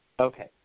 Okay